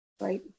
Right